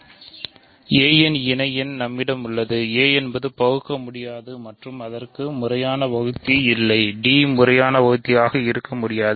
a ன் இணை யென் நம்மிடம் உள்ளது a என்பது பகுக்க முடியாதது மற்றும் அதற்கு முறையான வகுத்தி இல்லை d முறையான வகுத்தியாக இருக்க முடியாது